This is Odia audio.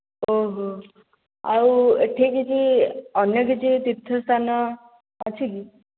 ଓହୋ ଆଉ ଏଠି କିଛି ଅନ୍ୟ କିଛି ତୀର୍ଥସ୍ଥାନ ଅଛି କି